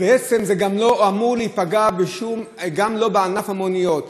ובעצם זה גם לא אמור לפגוע בענף המוניות.